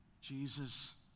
Jesus